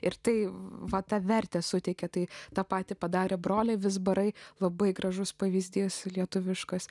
ir taip va tą vertę suteikė tai tą patį padarė broliai vizbarai labai gražus pavyzdys lietuviškas